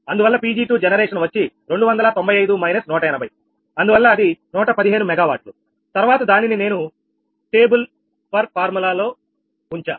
అందువల్ల Pg2 generation వచ్చి 295 180 అందువల్ల అది 115MW తర్వాత దానిని నేను టేబులర్ ఫార్మ్ లో ఉంచాను